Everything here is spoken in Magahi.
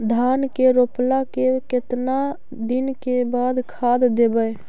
धान के रोपला के केतना दिन के बाद खाद देबै?